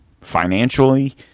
financially